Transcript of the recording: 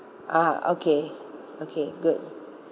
ah okay okay good